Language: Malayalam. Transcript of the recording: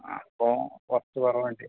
ആ അപ്പോൾ കുറച്ച് കുറവുണ്ട്